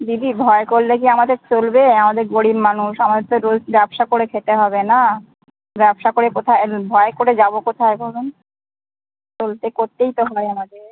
দিদি ভয় করলে কি আমাদের চলবে আমাদের গরীব মানুষ আমাদের তো রোজ ব্যবসা করে খেতে হবে না ব্যবসা করে কোথায় ভয় করে যাবো কোথায় বলুন বলতে করতেই তো হবে আমাদের